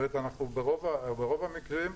אנחנו ברוב המקרים,